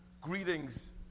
Greetings